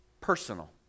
personal